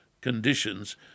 conditions